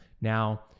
now